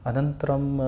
अनन्तरम्